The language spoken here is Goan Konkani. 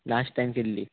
लास्ट टायम केल्ली